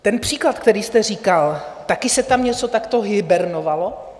Ten příklad, který jste říkal, taky se tam něco takto hibernovalo?